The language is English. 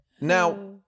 Now